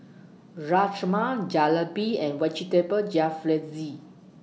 Rajma Jalebi and Vegetable Jalfrezi